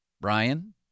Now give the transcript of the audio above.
Brian